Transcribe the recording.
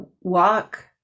walk